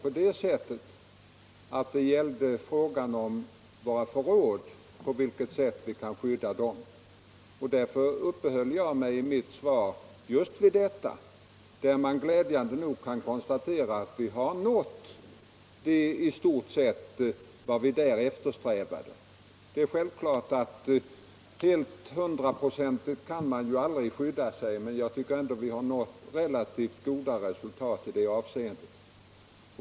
Herr Gustafsson frågade mig emellertid på vilket sätt vi kan skydda de militära vapenförråden. Därför uppehöll jar mig i mitt svar just vid detta spörsmål, där man glädjande nog kan konstatera att vi har uppnått i stort sett vad vi eftersträvar. Det är självklart att man aldrig kan skydda sig hundraprocentigt, men jag tycker ändå att vi har nått relativt goda resultat i det avseendet.